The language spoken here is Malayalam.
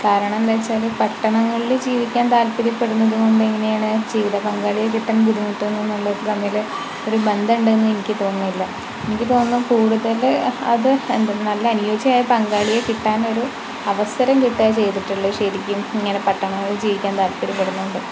കാരണെന്താന്നുവെച്ചാല് പട്ടണങ്ങളിൽ ജീവിക്കാൻ താല്പര്യപ്പെടുന്നതു കൊണ്ടെങ്ങനെയാണ് ജീവിതപങ്കാളിയെ കിട്ടാൻ ബുദ്ധിമുട്ടുന്നുന്നത് എന്നുള്ളത് തമ്മില് ഒരു ബന്ധമുണ്ടെന്ന് എനിക്ക് തോന്നുന്നില്ല എനിക്ക് തോന്നുന്നു കൂടുതല് അത് എന്തെന്ന് വളരെ അനുയോജ്യമായ ഒരു പങ്കാളിയെ കിട്ടാനൊരു അവസരം കിട്ടുകയാണ് ചെയ്തിട്ടുള്ളത് ശെരിക്കും ഇങ്ങനെ പട്ടണങ്ങളിൽ ജീവിക്കാൻ താല്പര്യപ്പെടുന്നതുകൊണ്ട്